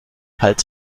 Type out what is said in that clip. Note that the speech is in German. hals